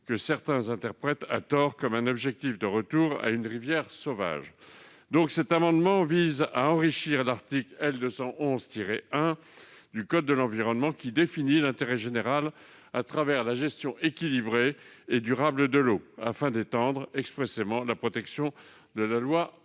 parfois interprétée, à tort, comme un objectif de retour à une « rivière sauvage ». Cet amendement vise donc à enrichir l'article L. 211-1 du code de l'environnement, qui définit l'intérêt général à travers la « gestion équilibrée et durable de l'eau », afin d'étendre expressément la protection de la loi à